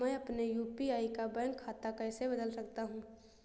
मैं अपने यू.पी.आई का बैंक खाता कैसे बदल सकता हूँ?